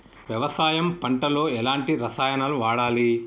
వ్యవసాయం పంట లో ఎలాంటి రసాయనాలను వాడాలి?